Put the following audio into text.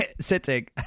sitting